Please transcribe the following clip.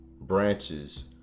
branches